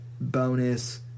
bonus